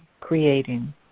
creating